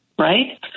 right